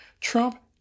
Trump